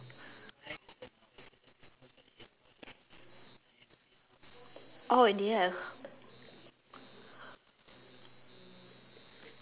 oh dear